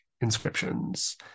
inscriptions